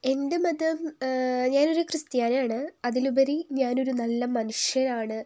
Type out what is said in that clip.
എൻ്റെ മതം ഞാനൊരു ക്രിസ്ത്യാനിയാണ് അതിലുപരി ഞാനൊരു നല്ല മനുഷ്യനാണ്